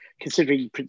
Considering